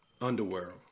underworld